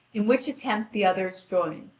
in which attempt the others join,